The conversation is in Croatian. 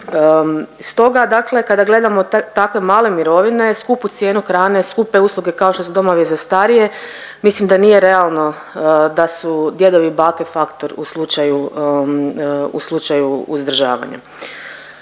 Stoga, dakle kada gledamo takve male mirovine, skupu cijenu hrane, skupe usluge kao što su domovi za starije mislim da nije realno da su djedovi i bake faktor u slučaju uzdržavanja.